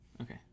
Okay